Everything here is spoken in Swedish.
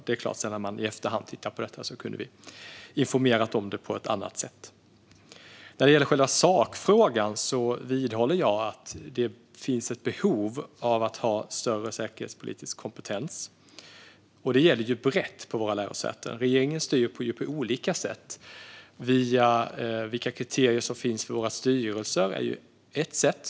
Vi kunde ha informerat om det på ett annat sätt. När det gäller själva sakfrågan vidhåller jag att det finns ett behov av större säkerhetspolitisk kompetens, och det gäller brett på våra lärosäten. Regeringen styr på olika sätt. De kriterier som finns för våra styrelser är ju ett sätt.